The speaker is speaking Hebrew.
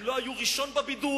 הם לא היו "הראשון בבידור".